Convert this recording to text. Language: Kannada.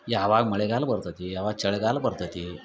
ಯಾವಾಗ ಮಳೆಗಾಲ ಬರ್ತತಿ ಯಾವಾಗ ಚಳಿಗಾಲ ಬರ್ತತಿ